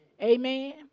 Amen